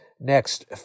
Next